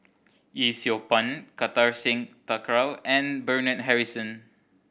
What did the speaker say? Yee Siew Pun Kartar Singh Thakral and Bernard Harrison